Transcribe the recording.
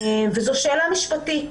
זו שאלה משפטית.